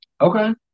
Okay